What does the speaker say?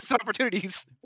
opportunities